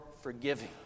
forgiving